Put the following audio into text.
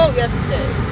yesterday